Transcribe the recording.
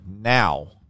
now